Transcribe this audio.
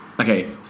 Okay